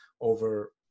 over